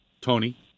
Tony